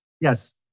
Yes